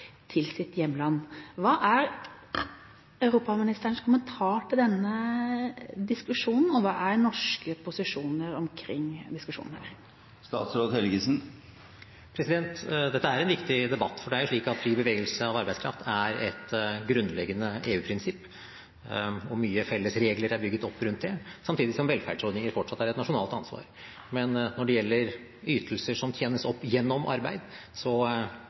til sitt hjemland. Hva er europaministerens kommentar til denne diskusjonen? Og hva er norske posisjoner omkring diskusjonen her? Dette er en viktig debatt, for det er jo slik at fri bevegelse av arbeidskraft er et grunnleggende EU-prinsipp, og mange felles regler er bygget opp rundt det, samtidig som velferdsordninger fortsatt er et nasjonalt ansvar. Men når det gjelder ytelser som tjenes opp gjennom arbeid,